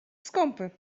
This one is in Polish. skąpy